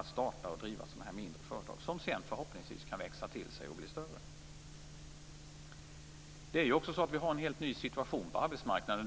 att starta och driva mindre företag, som sedan förhoppningsvis kan växa sig större. Vi har också en helt ny situation på arbetsmarknaden.